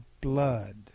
blood